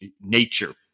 nature